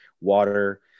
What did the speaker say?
water